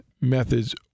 methods